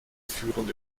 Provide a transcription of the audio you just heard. führen